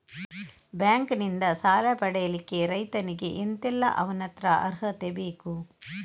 Bank ನಿಂದ ಸಾಲ ಪಡಿಲಿಕ್ಕೆ ರೈತನಿಗೆ ಎಂತ ಎಲ್ಲಾ ಅವನತ್ರ ಅರ್ಹತೆ ಬೇಕು?